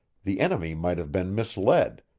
the enemy might have been misled,